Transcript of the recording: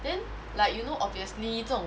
then like you know obviously 这种